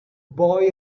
boy